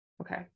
Okay